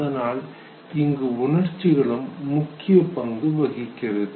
அதனால் இங்கு உணர்ச்சிகளும் முக்கிய பங்கு வகிக்கிறது